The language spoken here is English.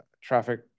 traffic